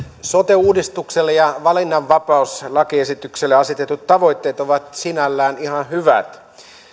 sote uudistukselle ja valinnanvapauslakiesitykselle asetetut tavoitteet ovat sinällään ihan hyvät